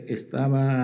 estaba